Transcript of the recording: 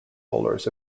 bowlers